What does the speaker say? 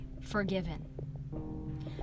forgiven